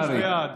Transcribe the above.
קרעי.